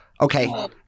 okay